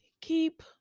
keep